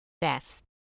Best